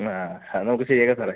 എന്നാൽ അത് നമുക്ക് ശരിയാക്കാം സാറെ